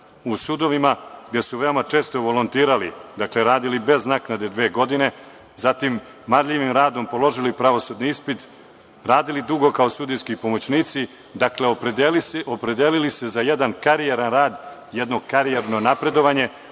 u sudovima, gde su veoma često volontirali, radili bez naknade dve godine, zatim marljivim radom položili pravosudni ispit, radili dugo kao sudijski pomoćnici, opredelili se za jedan karijeran rad, karijerno napredovanje,